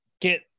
Get